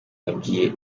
yabwiye